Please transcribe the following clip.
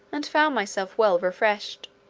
and found myself well refreshed.